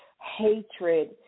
hatred